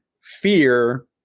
fear